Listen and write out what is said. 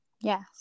Yes